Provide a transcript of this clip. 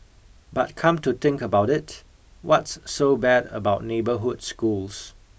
but come to think about it what's so bad about neighbourhood schools